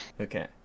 okay